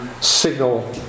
signal